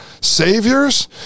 saviors